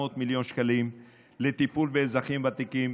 400 מיליון שקלים לטיפול באזרחים ותיקים.